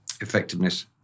effectiveness